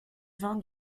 vin